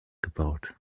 gebaut